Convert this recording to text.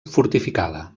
fortificada